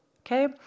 Okay